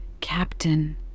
Captain